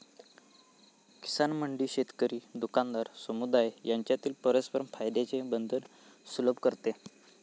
किसान मंडी शेतकरी, दुकानदार, समुदाय यांच्यातील परस्पर फायद्याचे बंधन सुलभ करते